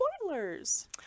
spoilers